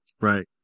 Right